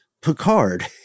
Picard